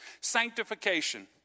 Sanctification